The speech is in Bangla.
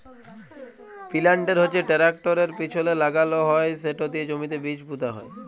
পিলান্টের হচ্যে টেরাকটরের পিছলে লাগাল হয় সেট দিয়ে জমিতে বীজ পুঁতা হয়